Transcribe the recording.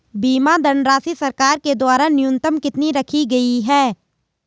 बीमा धनराशि सरकार के द्वारा न्यूनतम कितनी रखी गई है?